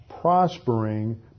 prospering